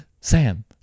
Sam